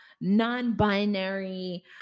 non-binary